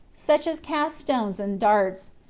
such as cast stones and darts,